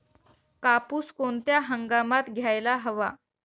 कापूस कोणत्या हंगामात घ्यायला हवा?